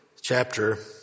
chapter